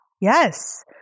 Yes